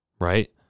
right